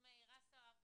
מאיר אסרף.